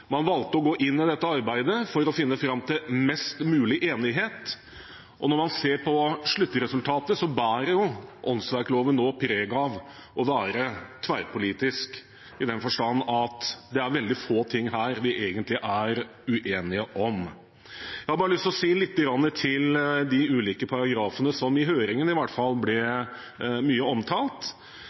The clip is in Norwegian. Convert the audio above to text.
man valgte å gå inn i dette arbeidet for å finne fram til mest mulig enighet. Og når man ser på sluttresultatet, bærer åndsverkloven nå preg av å være tverrpolitisk i den forstand at det er veldig få ting her vi egentlig er uenige om. Jeg har lyst til å si litt om de ulike paragrafene som i høringene i hvert fall ble mye omtalt.